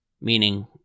meaning